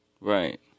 right